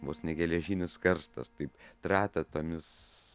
vos ne geležinis karstas taip trata tomis